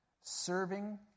serving